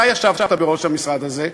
אתה ישבת בראש המשרד הזה,